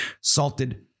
salted